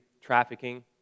trafficking